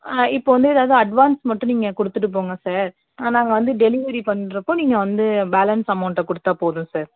ஆ இப்போது வந்து ஏதாவுது அட்வான்ஸ் மட்டும் நீங்கள் கொடுத்துட்டு போங்க சார் நாங்கள் வந்து டெலிவரி பண்ணுறப்போ நீங்கள் வந்து பேலன்ஸ் அமௌண்டை கொடுத்தா போதும் சார்